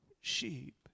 sheep